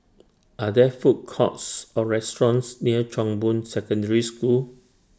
Are There Food Courts Or restaurants near Chong Boon Secondary School